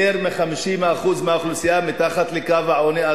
יותר מ-50% מתחת לקו העוני.